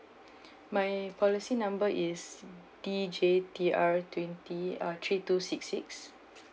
my policy number is D_J_T_R twenty uh three two six six